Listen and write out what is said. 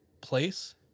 place